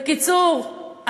בקיצור,